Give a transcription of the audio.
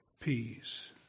Peace